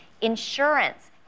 insurance